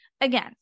again